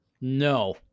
No